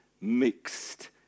mixed